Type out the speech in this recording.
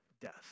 death